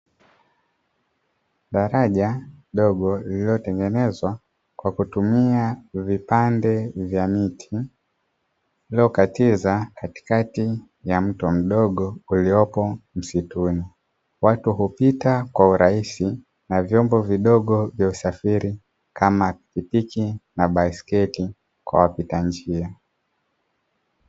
Daraja dogo lililotengenezwa kwa kutumia vipande vya miti lililokatiza katikati ya mto mdogo uliopo msituni, watu hupita kwa urahisi na vyombo vidogo vya usafiri kama pikipiki na baiskeli kwa wapita njia.